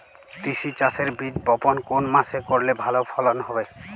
তিসি চাষের বীজ বপন কোন মাসে করলে ভালো ফলন হবে?